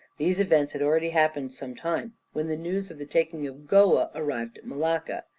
these events had already happened some time when the news of the taking of goa arrived at malacca.